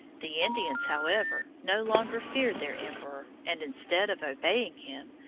the indians, however, no longer feared their emperor, and instead of obeying him,